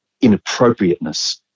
inappropriateness